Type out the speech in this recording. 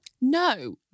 No